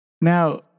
Now